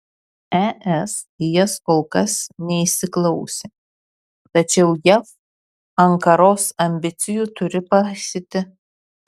es į jas kol kas neįsiklausė tačiau jav ankaros ambicijų turi paisyti